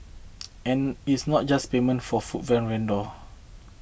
and it's not just payment for food from vendor